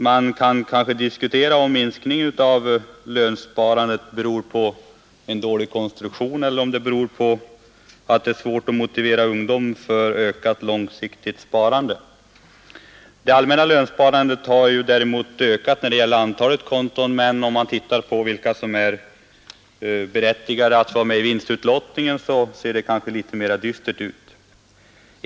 Man kan diskutera om minskningen av lönsparandet beror på en dålig konstruktion av sparsystemet eller på svårigheten att aktivera ungdom för ökat långsiktigt sparande. Det allmänna lönsparandet har ökat när det gäller antalet konton, men om man tittar på vilka som är berättigade att vara med i vinstutlottningen, ser det kanske litet mera dystert ut.